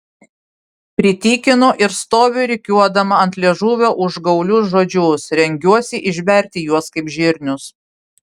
pritykinu ir stoviu rikiuodama ant liežuvio užgaulius žodžius rengiuosi išberti juos kaip žirnius